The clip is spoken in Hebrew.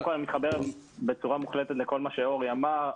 אני מתחבר בצורה מוחלטת לכל מה שאורי אמר.